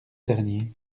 dernier